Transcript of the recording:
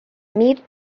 meet